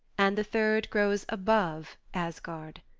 and the third grows above asgard.